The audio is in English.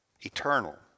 Eternal